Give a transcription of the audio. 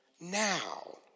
now